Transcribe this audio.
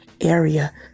area